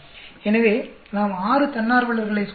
எனவே நாம் ஆறு தன்னார்வலர்களை சோதித்தோம்